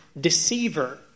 deceiver